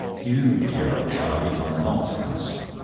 you, dear old charlie, are not handsome,